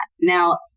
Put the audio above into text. Now